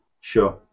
sure